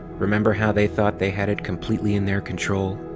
remember how they thought they had it completely in their control?